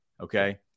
okay